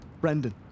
Brendan